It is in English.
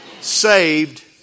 saved